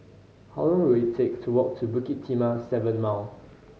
how long will it take to walk to Bukit Timah Seven Mile